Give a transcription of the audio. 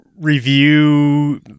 Review